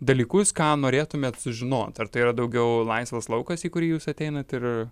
dalykus ką norėtumėt sužinot ar tai yra daugiau laisvas laukas į kurį jūs ateinat ir